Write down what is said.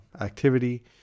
activity